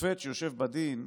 ששופט שיושב בדין,